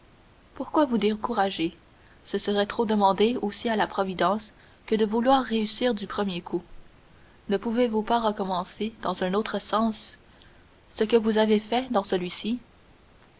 pourquoi vous décourager ce serait trop demander aussi à la providence que de vouloir réussir du premier coup ne pouvez-vous pas recommencer dans un autre sens ce que vous avez fait